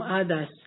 others